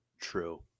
true